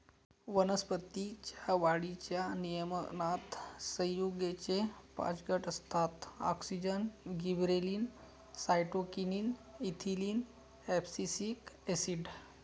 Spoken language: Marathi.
वनस्पतीं च्या वाढीच्या नियमनात संयुगेचे पाच गट असतातः auxin, gibberellin, cytokinin, ethylene, abscisic acid